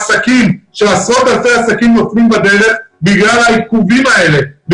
עסקים כאשר עשרות אלפי עסקים נופלים בדרך בגלל העיכובים האלה,